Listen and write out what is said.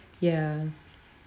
ya